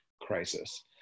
crisis